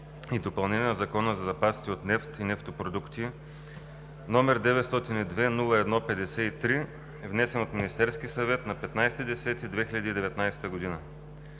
и допълнение на Закона за запасите от нефт и нефтопродукти, № 902-01-53, внесен от Министерския съвет на 15 октомври